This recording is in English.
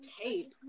Tape